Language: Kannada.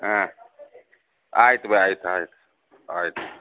ಹಾಂ ಆಯ್ತು ಬಿ ಆಯ್ತು ಆಯ್ತು ಆಯ್ತು ಆಯ್ತು